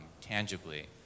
tangibly